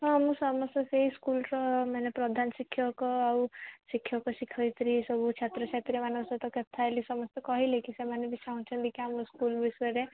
ହଁ ମୁଁ ସମସ୍ତ ସେଇ ସ୍କୁଲ୍ର ମାନେ ପ୍ରଧାନଶିକ୍ଷକ ଆଉ ଶିକ୍ଷକ ଶିକ୍ଷୟତ୍ରୀ ସବୁ ଛାତ୍ର ଛାତ୍ରୀମାନଙ୍କ ସହିତ କଥା ହେଲି ସମସ୍ତେ କହିଲେ କି ସେମାନେ ବି ଚାହୁଁଛନ୍ତି କି ଆମ ସ୍କୁଲ୍ ବିଷୟରେ